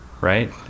right